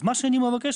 אז מה שאני מבקש,